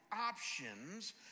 options